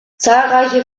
zahlreiche